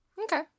okay